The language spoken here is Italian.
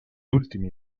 ultimi